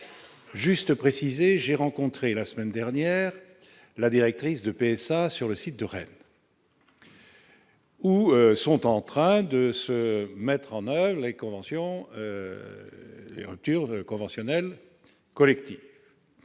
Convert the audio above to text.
juste préciser, j'ai rencontré la semaine dernière, la directrice de PSA sur le site de Rennes. Ou sont en train de se mettre en oeuvre les conventions, les ruptures